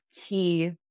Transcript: key